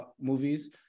movies